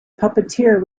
puppeteer